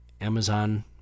Amazon